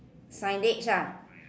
signage ah